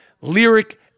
lyric